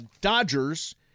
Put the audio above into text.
dodgers